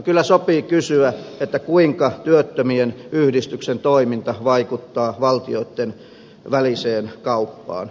kyllä sopii kysyä kuinka työttömien yhdistyksen toiminta vaikuttaa valtioitten väliseen kauppaan